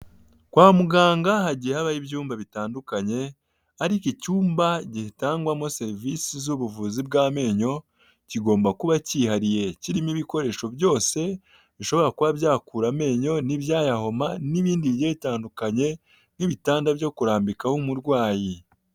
Kwa muganga hagiye habaho ibyumba bitandukanye, ariko icyumba gitangwamo serivisi z'ubuvuzi bw'amenyo kigomba kuba cyihariye kirimo ibikoresho byose, bishobora kuba byakura amenyo, n'ibyayahoma, n'ibindi bigiye bitandukanye, nk'ibitanda byo kurambikaho umurwayi.